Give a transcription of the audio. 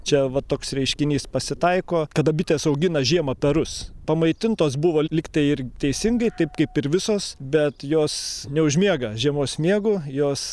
čia va toks reiškinys pasitaiko kada bitės augina žiemą perus pamaitintos buvo lygtai ir teisingai taip kaip ir visos bet jos neužmiega žiemos miegu jos